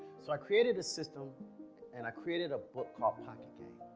so i created a system and i created a book called pocket game.